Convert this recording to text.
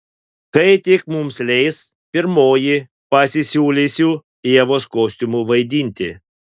kai tik mums leis pirmoji pasisiūlysiu ievos kostiumu vaidinti